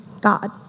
God